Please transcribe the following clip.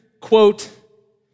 quote